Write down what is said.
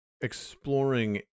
exploring